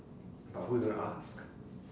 but who you gonna ask